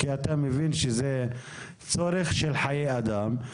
כי אתה מבין שזה צורך של חיי אדם.